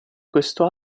questo